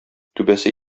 түбәсе